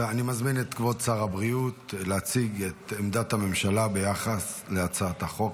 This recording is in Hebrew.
אני מזמין את כבוד שר הבריאות להציג את עמדת הממשלה ביחס להצעת החוק.